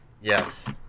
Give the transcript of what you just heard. Yes